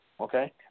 okay